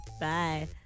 Bye